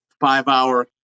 five-hour